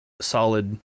solid